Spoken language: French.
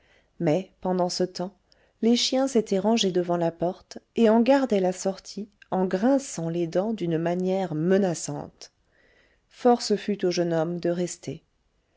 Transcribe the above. mais pendant ce temps les chiens s'étaient rangés devant la porte et en gardaient la sortie en grinçant les dents d'une manière menaçante force fut au jeune homme de rester